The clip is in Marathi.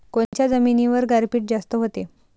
कोनच्या जमिनीवर गारपीट जास्त व्हते?